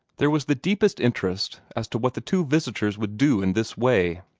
there was the deepest interest as to what the two visitors would do in this way.